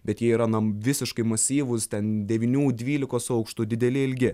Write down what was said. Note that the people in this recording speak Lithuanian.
bet jie yra na visiškai masyvūs ten devynių dvylikos aukštų dideli ilgi